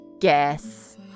guess